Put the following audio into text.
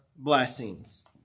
blessings